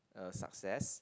a success